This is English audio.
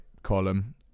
column